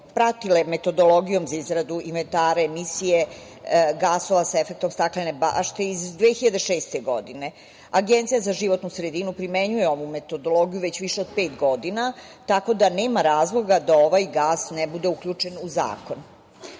pratile metodologijom za izradu inventara emisije gasova sa efektom staklene bašte iz 2006. godine. Agencija za životnu sredinu primenjuje ovu metodologiju već više od pet godina, tako da nema razloga da ovaj gas ne bude uključen u zakon. Azot